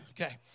okay